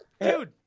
Dude